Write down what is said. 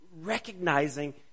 recognizing